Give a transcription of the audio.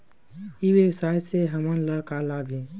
ई व्यवसाय से हमन ला का लाभ हे?